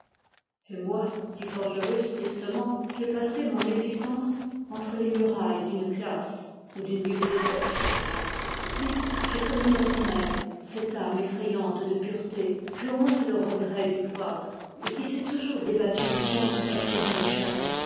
et moi dit forgerus tristement j'ai passé mon existence entre les murailles d'une classe ou d'une bibliothèque puis j'ai connu votre mère cette âme effrayante de pureté que hante le regret du cloître et qui s'est toujours débattue contre sa prison de chair